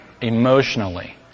emotionally